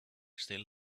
still